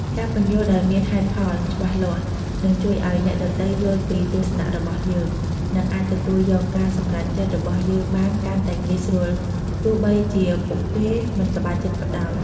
ការពន្យល់ដោយមានហេតុផលច្បាស់លាស់ នឹងជួយឲ្យអ្នកដទៃយល់ពីទស្សនៈរបស់យើង និងអាចទទួលយកការសម្រេចចិត្តរបស់យើងបានកាន់តែងាយស្រួល ទោះបីជាពួកគេមិនសប្បាយចិត្តក៏ដោយ។